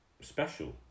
special